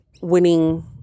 winning